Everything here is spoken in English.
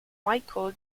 michael